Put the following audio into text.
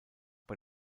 bei